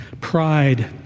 pride